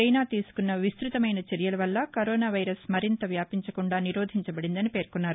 China తీసుకున్న విస్తృతమైన చర్యల వల్ల కరోనా వైరస్ మరింత వ్యాపించకుండా నిరోదించబడిందని పేర్కొన్నారు